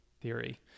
theory